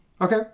Okay